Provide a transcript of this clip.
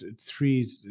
three